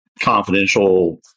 confidential